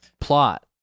plot